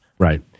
Right